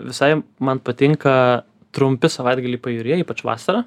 visai man patinka trumpi savaitgaliai pajūryje ypač vasarą